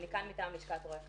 אני כאן מטעם לשכת רואי החשבון.